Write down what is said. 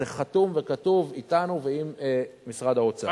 זה חתום וכתוב אתנו ועם משרד האוצר.